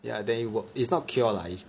yeah then it worked it's not cure lah